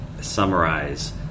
summarize